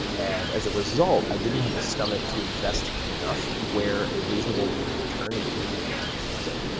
and as a result, i didn't have the stomach to invest enough where a reasonable rate of return would be meaningful to me, and i was like,